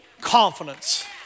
Confidence